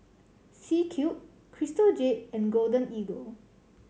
C Cube Crystal Jade and Golden Eagle